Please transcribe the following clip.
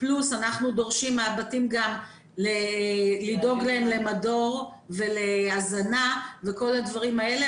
אנחנו דורשים מהבתים גם לדאוג להם להזנה וכל הדברים האלה.